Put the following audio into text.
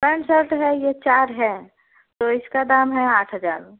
pant shirt है ये चार है तो इसका दाम है आठ हजार